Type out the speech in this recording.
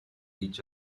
each